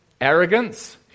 Arrogance